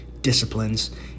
disciplines